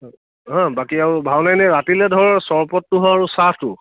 অঁ বাকী আৰু ভাওনা ইনে ৰাতিলে ধৰ চৰবতটো হ'ল চাহটো